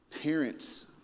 Parents